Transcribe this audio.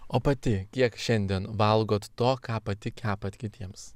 o pati kiek šiandien valgot to ką pati kepat kitiems